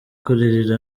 kugirira